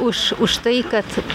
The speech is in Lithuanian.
už už tai kad